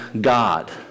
God